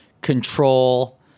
control